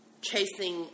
chasing